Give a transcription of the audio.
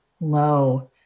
low